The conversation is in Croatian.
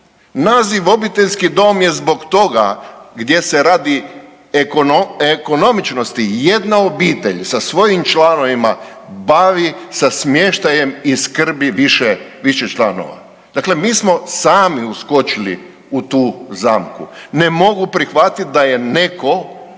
Naziv obiteljski dom je zbog toga gdje se radi ekonomičnosti jedna obitelj sa svojim članovima bavi sa smještajem i skrbi više članova. Dakle, mi smo sami uskočili u tu zamku. Ne mogu prihvatiti da je netko